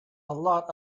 lot